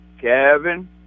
Kevin